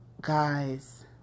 guys